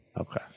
Okay